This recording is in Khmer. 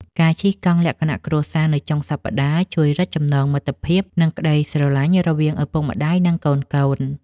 ការជិះកង់លក្ខណៈគ្រួសារនៅចុងសប្ដាហ៍ ជួយរឹតចំណងមិត្តភាព និងក្ដីស្រឡាញ់រវាងឪពុកម្ដាយ និងកូនៗ។